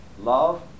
Love